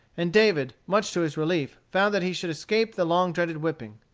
and david, much to his relief, found that he should escape the long-dreaded whipping.